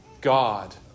God